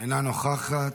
אינה נוכחת,